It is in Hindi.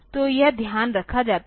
तो यह ध्यान रखा जाता है